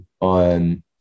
on